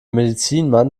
medizinmann